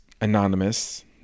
anonymous